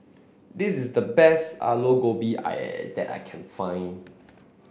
this is the best Aloo Gobi that I can find